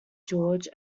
george